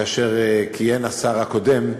כאשר כיהן השר הקודם,